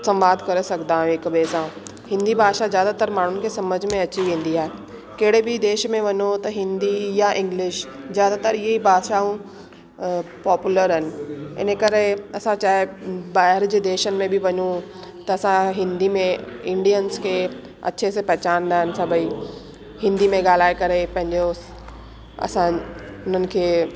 संवाद करे सघंदा आहियूं हिक ॿिए सां हिंदी भाषा जादातर माण्हुनि खे सम्झि में अची वेदी आहे कहिड़े बि देश में वञो त हिंदी या इंग्लिश जादातर इहेई भाषाऊं पॉपुलर आहिनि करे असां चाहे बाहिरि जे देशनि में बि वञू त असां हिंदी में इंडियन्स खे अच्छे से पहचानींदा आहिनि सभई हिंदी में ॻाल्हाइ करे पंहिंजो असां उन्हनि खे